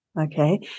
okay